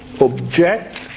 object